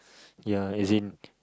ya as in